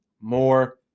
more